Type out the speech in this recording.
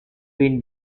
been